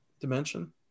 dimension